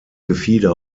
gefieder